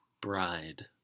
bride